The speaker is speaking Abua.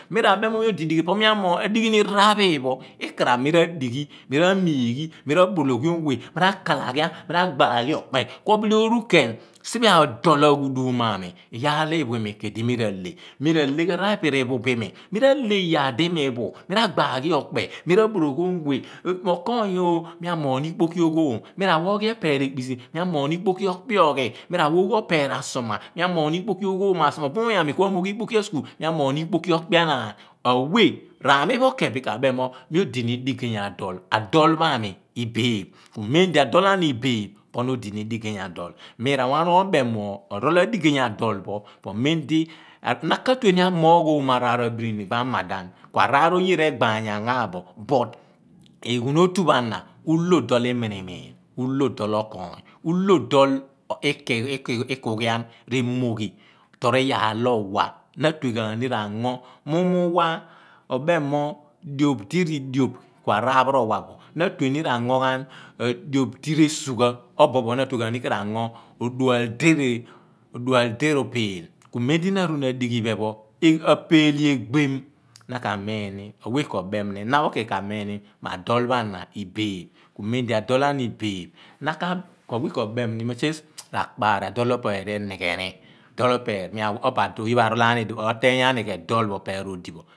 Mi ra bem ra bem ghan mo mi odi ni digey adol po mi ra dighi ni raar pho iphen pho ikaraph mi ra dighi mi ra/miighi mi ra/boroghom we mi ra /kalaghian mi ra / gha ghi okpe ku obile oru ken siphe adol aghuelum mo aami iyaar to iphu iimi ku idi mi rahle mi rahle ghan raar pho po riiphu pi iimi mi ra/le iyaar di iimi iphu mi ra/gba ghi okpe mi ra/boroghom weye mo okoony oo mi amoogh ni ikpoki oghoom mi ra wa oghi epeer ekpisi mi amoogh ikpoki oghoom asuoma obumony aami ka amogl ikpoki askue mi amoogh ni ikpoki okpeanaan awe r aml pho ken ka bem ni mo mi odini diyey adol adol pho aami i /beeph mem di adol ami i/beeph po na odini digey adol mi ra wa obem mo orio adigey adol pho orol adigey adol pho po amen di na ka/tue ni amoogh ooimo araar abirini pho amalan ku araar oye r egba nyan ghan bo but eghunotu pho ana u /lo do liiminimiin u/lo dol okoony u /lo dol ikughian remogh ni r ango mughumo uwa obem mo dioph di ri idioph ku araar pho pho r owa bo na atue ni rango ghan mughumo m adioph di resugha na the nighan ni rango odnal di r'opeel mem di na arue ni adighi iphen pho apeele egbem naka miin ni ma achool pho ana i/beeph ku mem di adol ana i/beeph awe ko obem m mo adol opeer enigheni adol opeer ka bo oye pho arol aani dol pho adiphe opeer odibo